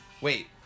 Wait